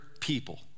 people